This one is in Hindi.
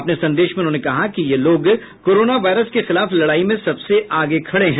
अपने संदेश में उन्होंने कहा कि ये लोग कोरोना वायरस के खिलाफ लडाई में सबसे आगे खडे हैं